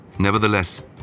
Nevertheless